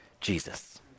Jesus